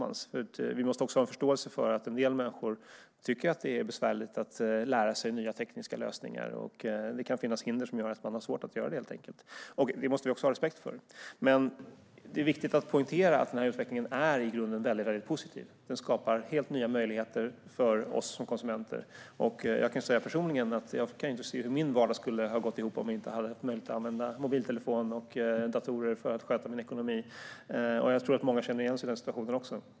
Vi måste också ha en förståelse för att en del människor tycker att det är besvärligt att lära sig nya tekniska lösningar. Det kan helt enkelt finnas hinder som gör att de har svårt att göra det. Det måste vi också ha respekt för. Det är viktigt att poängtera att denna utveckling i grunden är mycket positiv. Den skapar helt nya möjligheter för oss som konsumenter. Jag kan säga att jag personligen inte kan se hur min vardag skulle ha gått ihop om jag inte hade haft möjlighet att använda mobiltelefon och datorer för att sköta min ekonomi. Jag tror att många känner igen sig i denna situation.